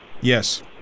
Yes